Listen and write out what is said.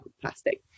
plastic